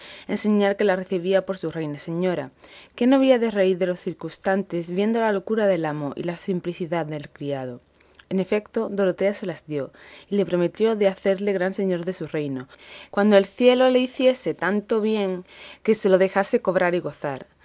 señal que la recibía por su reina y señora quién no había de reír de los circustantes viendo la locura del amo y la simplicidad del criado en efecto dorotea se las dio y le prometió de hacerle gran señor en su reino cuando el cielo le hiciese tanto bien que se lo dejase cobrar y gozar